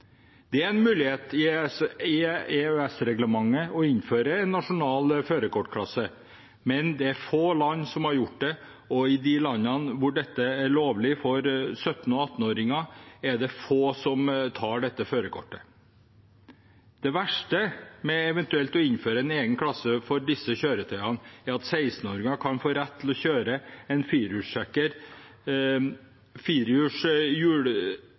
Det er en mulighet i EØS-reglementet å innføre en nasjonal førerkortklasse, men få land har gjort det, og i de landene hvor dette er lovlig for 17- og 18-åringer, er det få som tar dette førerkortet. Det verste med eventuelt å innføre en egen klasse for disse kjøretøyene er at 16-åringer kan få rett til å kjøre en